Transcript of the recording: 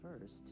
First